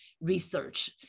research